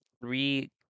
Three